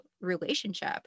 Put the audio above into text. relationship